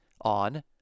on